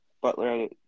Butler